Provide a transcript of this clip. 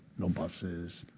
no buses,